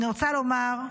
אני רוצה לומר,